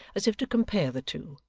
as if to compare the two,